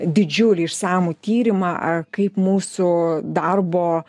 didžiulį išsamų tyrimą kaip mūsų darbo